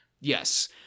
Yes